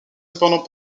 cependant